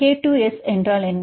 K to S என்றால் என்ன